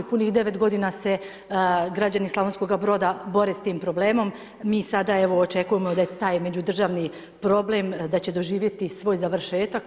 Puni devet godina se građani Slavonskoga Broda bore s tim problemom, mi sada očekujemo da je taj međudržavni problem da će doživjeti svoj završetak.